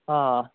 ꯑꯥ